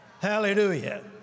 Hallelujah